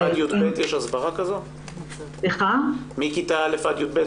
יש הסברה כזאת מכיתה א' עד י"ב?